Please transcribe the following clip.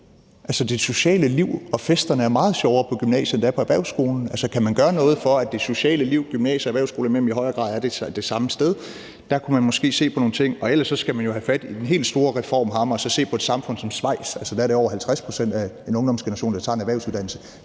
Det sociale liv og festerne er meget sjovere på gymnasiet, end det er på erhvervsskolen. Kan man gøre noget for, at det sociale liv gymnasier og erhvervsskoler imellem i højere grad er det samme sted? Der kunne man måske se på nogle ting. Og ellers skal man jo have fat i den helt store reformhammer og så se på et samfund som Schweiz, hvor det er over 50 pct. af en ungdomsgeneration, der tager en erhvervsuddannelse,